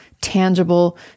tangible